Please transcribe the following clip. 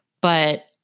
but-